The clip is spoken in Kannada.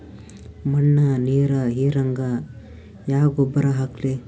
ಮಣ್ಣ ನೀರ ಹೀರಂಗ ಯಾ ಗೊಬ್ಬರ ಹಾಕ್ಲಿ?